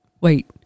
Wait